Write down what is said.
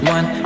One